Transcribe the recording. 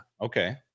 okay